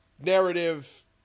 narrative